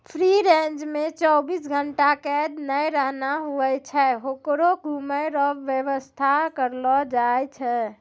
free range मे चौबीस घंटा कैद नै रहना हुवै छै होकरो घुमै रो वेवस्था करलो जाय छै